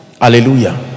Hallelujah